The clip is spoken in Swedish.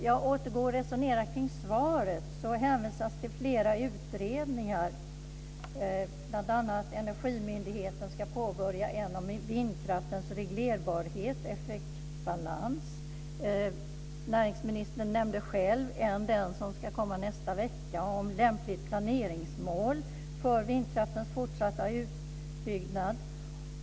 Jag återgår till att resonera kring svaret, där det hänvisas till flera utredningar, bl.a. att Energimyndigheten ska påbörja en utredning om vindkraftens reglerbarhet och effektbalans. Näringsministern nämnde själv en utredning som ska komma nästa vecka om lämpligt planeringsmål för vindkraftens fortsatta utbyggnad.